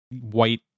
white